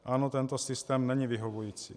Ano, tento systém není vyhovující.